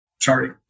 Sorry